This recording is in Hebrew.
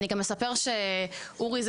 אורי,